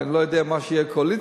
כי אני לא יודע מה יהיה בקואליציה,